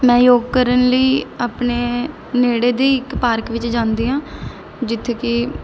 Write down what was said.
ਮੈਂ ਯੋਗ ਕਰਨ ਲਈ ਆਪਣੇ ਨੇੜੇ ਦੀ ਇੱਕ ਪਾਰਕ ਵਿੱਚ ਜਾਂਦੀ ਹਾਂ ਜਿੱਥੇ ਕਿ